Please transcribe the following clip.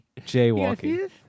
Jaywalking